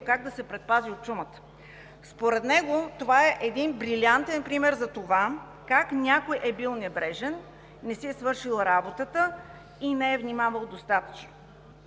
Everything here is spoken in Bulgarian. как да се предпази от чумата. Според него това е един брилянтен пример за това как някой е бил небрежен, не си е свършил работата и не е внимавал достатъчно.